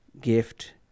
gift